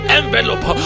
envelope